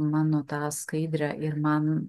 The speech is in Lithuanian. mano tą skaidrę ir man